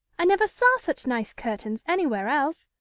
i never saw such nice curtains anywhere else.